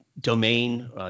domain